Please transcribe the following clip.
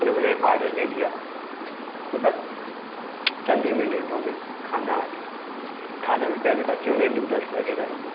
उन्होंने ऑर्डर ले लिया तो बस चंद ही मिनटों में खाना आ गया खाना में पहले बच्चों ने नूडल्स वग़ैरह लिए